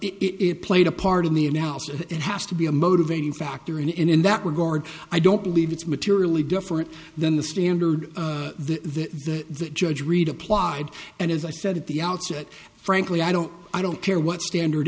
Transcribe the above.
it played a part in the analysis it has to be a motivating factor and in that regard i don't believe it's materially different than the standard the judge read applied and as i said at the outset frankly i don't i don't care what standard